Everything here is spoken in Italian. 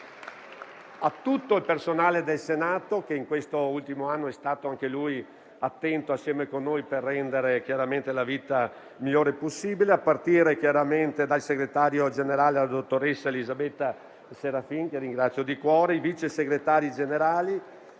a tutto il personale del Senato, che in questo ultimo anno è stato a sua volta attento, assieme a noi, per rendere la vita migliore possibile, a partire chiaramente dal segretario generale, la dottoressa Elisabetta Serafin, che ringrazio di cuore; ai vice segretari generali,